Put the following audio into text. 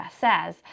says